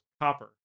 copper